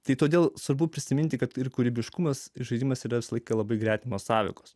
tai todėl svarbu prisiminti kad ir kūrybiškumas žaidimas yra laike labai gretimos sąveikos